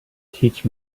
teach